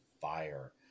fire